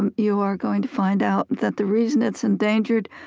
and you are going to find out that the reason it's endangered,